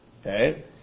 okay